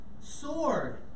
sword